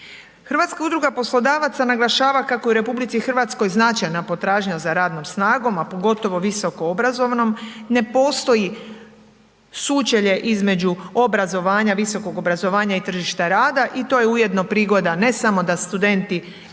Hrvatska udruga poslodavaca naglašava kako u RH značajna potražnja za radnom snagom, a pogotovo visokoobrazovnom, ne postoji sučelje između obrazovanja, visokog obrazovanja i tržišta rada i to je ujedno prigoda ne samo da studenti imaju